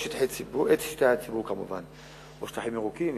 את שטחי הציבור או שטחים ירוקים וחומים,